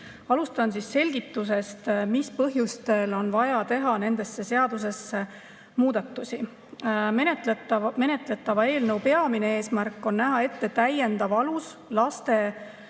Alustan selgitusest, mis põhjustel on vaja teha nendesse seadustesse muudatusi. Menetletava eelnõu peamine eesmärk on näha ette täiendav alus laste